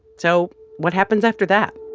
so what happens after that?